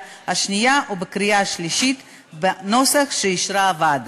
השנייה ובקריאה השלישית בנוסח שאישרה הוועדה.